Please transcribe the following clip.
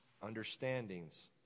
understandings